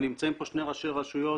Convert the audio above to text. נמצאים כאן שני ראשי רשויות.